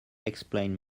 explain